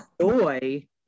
joy